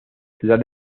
ciudad